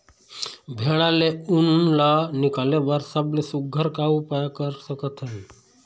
भेड़ा ले उन ला निकाले बर सबले सुघ्घर का उपाय कर सकथन?